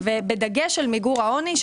בדגש על מיגור העוני.